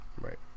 Right